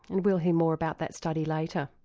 and we'll hear more about that study later.